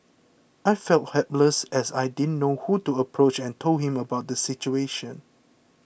I felt helpless as I didn't know who to approach and told him about the situation